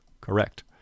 Correct